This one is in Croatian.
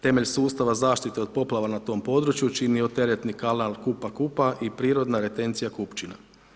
Temelj sustava zaštite od poplava na tom području čini teretni kanal Kupa Kupa i prirodna retencija Kupčina.